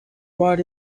write